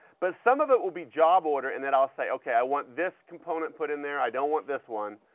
but some of it will be job order and then i'll say, okay, i want this component put in there. i don't want this one.